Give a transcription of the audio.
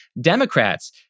Democrats